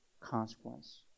consequence